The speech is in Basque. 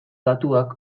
datuak